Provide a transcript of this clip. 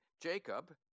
Jacob